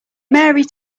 mary